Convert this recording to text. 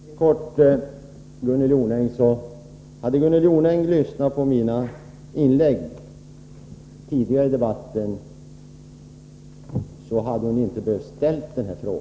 Herr talman! Helt kort: Hade Gunnel Jonäng lyssnat på mina inlägg tidigare i debatten hade hon inte behövt ställa frågorna.